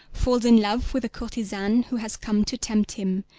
falls in love with the courtesan who has come to tempt him,